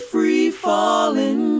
Free-falling